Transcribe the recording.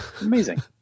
Amazing